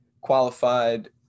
qualified